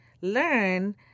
learn